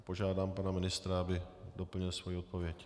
Požádám pana ministra, aby doplnil svoji odpověď.